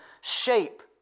shape